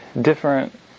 different